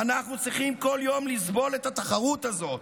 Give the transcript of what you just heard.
"אנחנו צריכים כל יום לסבול את התחרות הזאת,